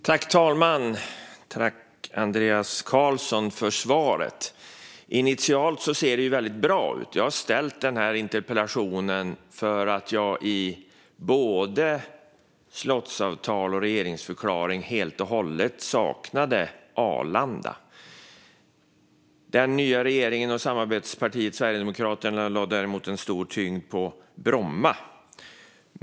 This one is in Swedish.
Fru talman! Tack till Andreas Carlson för svaret - initialt ser det ju väldigt bra ut! Jag har ställt den här interpellationen för att jag i både slottsavtal och regeringsförklaring helt och hållet saknade Arlanda. Den nya regeringen och samarbetspartiet Sverigedemokraterna lade däremot en stor tyngd på Bromma.